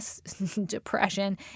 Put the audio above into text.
depression